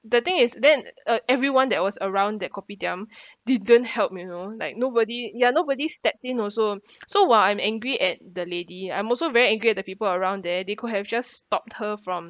the thing is then uh everyone that was around that kopitiam didn't help you know like nobody ya nobody step in also so while I'm angry at the lady I'm also very angry at the people around there they could have just stopped her from